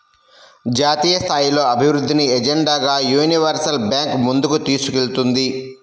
జాతీయస్థాయిలో అభివృద్ధిని ఎజెండాగా యూనివర్సల్ బ్యాంకు ముందుకు తీసుకెళ్తుంది